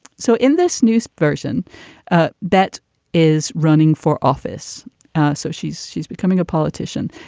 so in this news version ah that is running for office so she's she's becoming a politician.